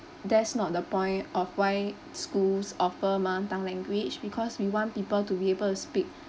that's not the point of why schools offer mother tongue language because we want people to be able to speak